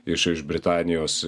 iš iš britanijos